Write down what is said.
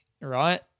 right